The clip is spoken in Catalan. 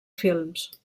films